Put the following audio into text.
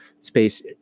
space